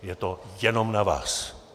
Je to jenom na vás.